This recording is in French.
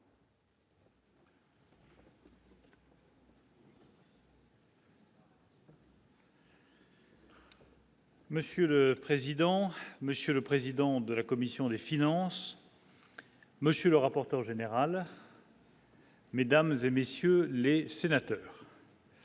Monsieur le président, Monsieur le président de la commission des finances, monsieur le rapporteur général. Mesdames et messieurs les sénateurs.